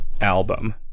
album